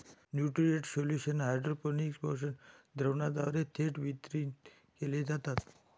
nutrient solution hydroponics पोषक द्रावणाद्वारे थेट वितरित केले जातात